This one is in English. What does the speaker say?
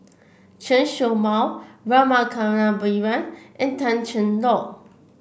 Chen Show Mao Rama Kannabiran and Tan Cheng Lock